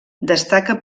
destaca